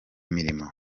mirimo